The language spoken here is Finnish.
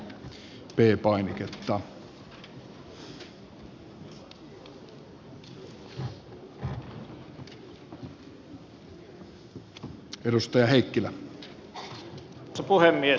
arvoisa puhemies